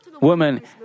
woman